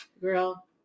girl